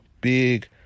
big